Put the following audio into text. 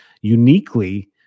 uniquely